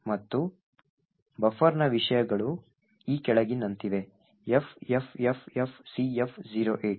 ಮತ್ತು ಬಫರ್ನ ವಿಷಯಗಳು ಈ ಕೆಳಗಿನಂತಿವೆ FFFFCF08